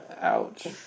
Ouch